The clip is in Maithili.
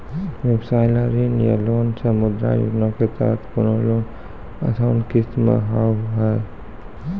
व्यवसाय ला ऋण या लोन मे मुद्रा योजना के तहत कोनो लोन आसान किस्त मे हाव हाय?